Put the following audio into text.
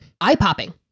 eye-popping